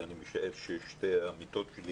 ואני משער ששתי העמיתות שלי